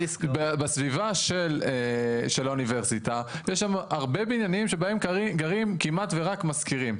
בסביבה של האוניברסיטה יש הרבה בניינים שבהם גרים כמעט ורק שוכרים.